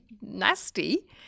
nasty